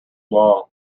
long